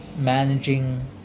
managing